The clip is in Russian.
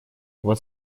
вот